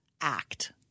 act